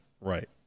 Right